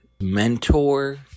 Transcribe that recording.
mentor